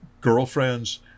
girlfriends